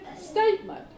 statement